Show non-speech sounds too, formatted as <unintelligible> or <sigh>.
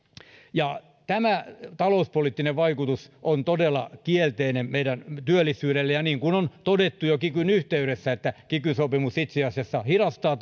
tämä talouspoliittinen vaikutus on todella kielteinen meidän työllisyydelle ja niin kuin on todettu jo kikyn yhteydessä kiky sopimus itse asiassa hidastaa <unintelligible>